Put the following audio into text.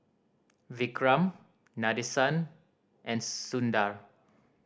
Vikram Nadesan and Sundar